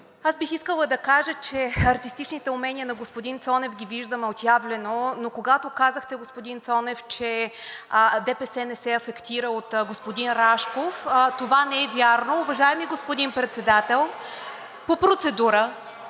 Аз бих искала да кажа, че артистичните умения на господин Цонев ги виждаме отявлено, но когато казахте, господин Цонев, че ДПС не афектира от господин Рашков това не е вярно. (Шум и реплики.) Уважаеми господин Председател, по процедура,